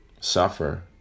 suffer